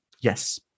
Yes